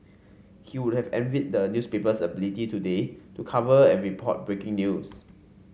he would have envied the newspaper's ability today to cover and report breaking news